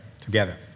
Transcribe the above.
together